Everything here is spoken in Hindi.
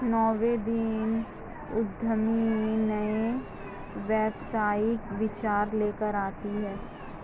नवोदित उद्यमी नए व्यावसायिक विचार लेकर आते हैं